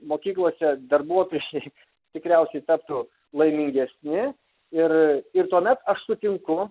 mokyklose darbuotojai šiaip tikriausiai taptų laimingesni ir ir tuomet aš sutinku